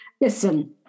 listen